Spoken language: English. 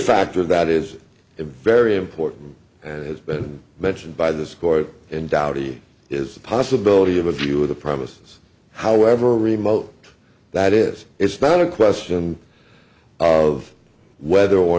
factor that is a very important and has been mentioned by this court and dowdy is the possibility of a view with a promise however remote that is it's not a question of whether or